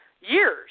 years